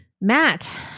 Matt